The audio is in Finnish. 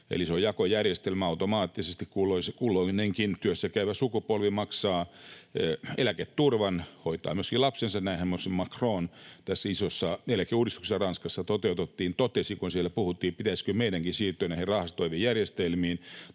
Eli se on jakojärjestelmä, automaattisesti. Kulloinenkin työssäkäyvä sukupolvi maksaa eläketurvan, hoitaa myöskin lapsensa. Näinhän myöskin Macron tässä isossa eläkeuudistuksessa, joka Ranskassa toteutettiin, totesi, kun siellä puhuttiin, että pitäisikö heidänkin siirtyä näihin rahastoiviin järjestelmiin.